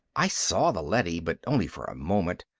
i saw the leady, but only for a moment.